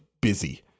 busy